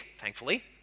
thankfully